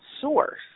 Source